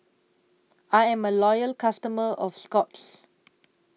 I'm A Loyal customer of Scott's